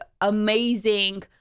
amazing